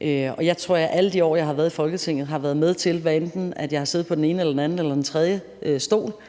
Jeg tror, at jeg i alle de år, jeg har været i Folketinget, har været med til, hvad enten jeg har siddet på den ene eller den anden eller den tredje stol,